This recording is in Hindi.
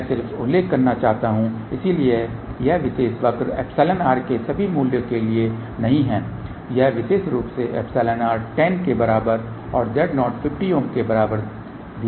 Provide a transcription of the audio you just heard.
मैं सिर्फ उल्लेख करना चाहता हूं इसलिए यह विशेष वक्र εr के सभी मूल्यों के लिए नहीं है यह विशेष रूप से εr 10 के बराबर और Z0 50 ओम के बराबर दिया गया है